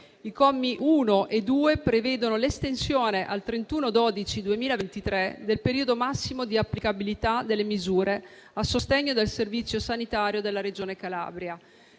I commi 1 e 2 prevedono l'estensione al 31 dicembre 2023 del periodo massimo di applicabilità delle misure a sostegno del servizio sanitario della Regione Calabria.